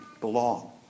belong